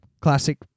classic